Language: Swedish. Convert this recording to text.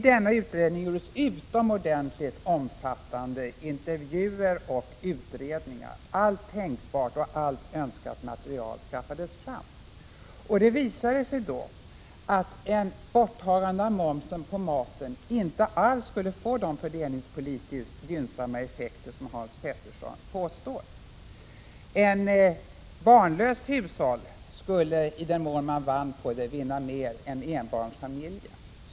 I utredningen gjordes utomordentligt omfattande intervjuer och utredningar. Allt tänkbart och allt önskat material skaffades fram. Det visade sig då att borttagande av momsen på maten inte alls skulle få de fördelningspolitiskt gynnsamma effekter som Hans Petersson påstår. Ett barnlöst hushåll skulle, i den mån man vann på det, vinna mer än en barnfamilj.